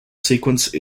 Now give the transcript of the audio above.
sequence